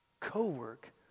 co-work